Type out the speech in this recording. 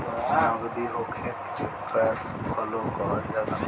नगदी होखे के कैश फ्लो कहल जाला